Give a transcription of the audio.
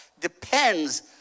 depends